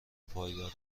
پایدار